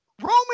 Roman